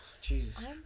Jesus